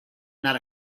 not